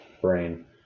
brain